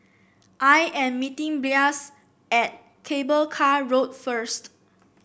I am meeting Blas at Cable Car Road first